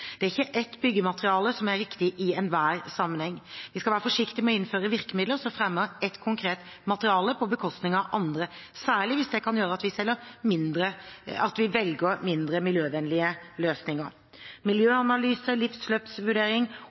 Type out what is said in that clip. Det er ikke ett byggemateriale som er riktig i enhver sammenheng. Vi skal være forsiktige med å innføre virkemidler som fremmer ett konkret materiale på bekostning av andre, særlig hvis det kan gjøre at vi velger mindre miljøvennlige løsninger. Miljøanalyse,